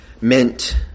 meant